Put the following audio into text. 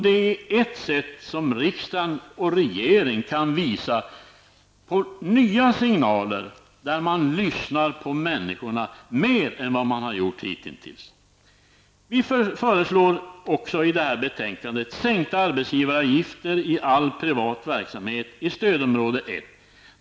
Det är ett sätt för riksdag och regering att visa på nya signaler som innebär att man mer än hittills lyssnar på människorna. Vi föreslår också i betänkandet en sänkning av arbetsgivaravgifterna i all privat verksamhet i stödområde 1.